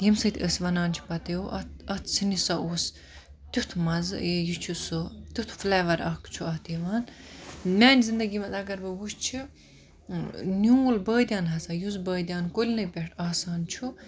ییٚمہِ سۭتۍ أسۍ وَنان چھِ پَتہٕ یو اَتھ سِنِس ہا اوس تیُتھ مَزٕ ہے یہِ چھُ سُہ تیُتھ فُلیوَر اکھ چھُ اتھ یِوان میٛانہِ زِنٛدَگی مَنٛز اَگَر بہٕ وُچھِ نیٛوٗل بٲدیانہٕ ہَسا یُس بٲدیانہٕ کُلنٕے پیٚٹھ آسان چھُ